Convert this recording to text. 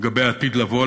לגבי העתיד לבוא,